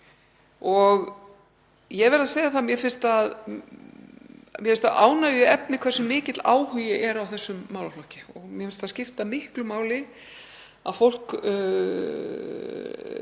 Ég verð að segja að mér finnst það ánægjuefni hversu mikill áhugi er á þessum málaflokki og mér finnst það skipta miklu máli að fólk